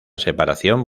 separación